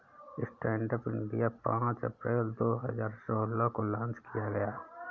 stand up India पांच April दो हजार सोलह को लॉन्च किया गया